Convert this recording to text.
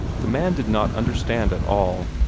the man did not understand at all,